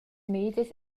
medias